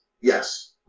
Yes